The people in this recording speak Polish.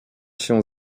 się